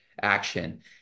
action